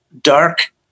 dark